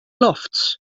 lofts